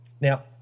Now